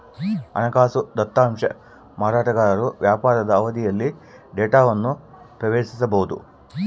ಹಣಕಾಸು ದತ್ತಾಂಶ ಮಾರಾಟಗಾರರು ವ್ಯಾಪಾರದ ಅವಧಿಯಲ್ಲಿ ಡೇಟಾವನ್ನು ಪ್ರವೇಶಿಸಬೊದು